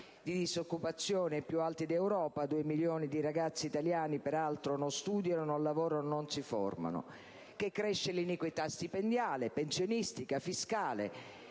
di disoccupazione più alti d'Europa, e 2 milioni di ragazzi italiani non studiano, non lavorano, non si formano); che cresce l'iniquità stipendiale, pensionistica, fiscale;